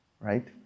right